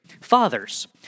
Fathers